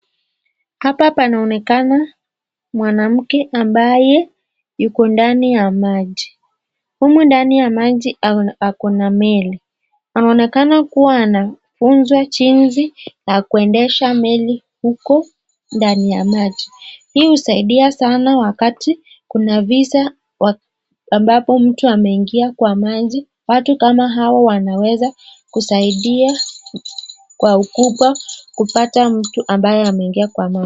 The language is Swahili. Hapa panaonekana mwanamke ambaye yuko ndani ya maji. Humu ndani ya maji ako na meli anaonekana kuwa anafunzwa jinsi ya kuendesha meli huku ndani ya maji. Hii husaidia sana wakati kuna visa ambapo mtu ameingia kwa maji watu kama hawa wanaweza kusaidia kwa ukubwa kupata mtu ambaye ameingia kwa maji.